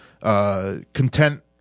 Content